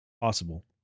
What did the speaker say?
Possible